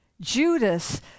Judas